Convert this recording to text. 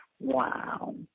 Wow